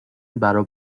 برا